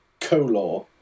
color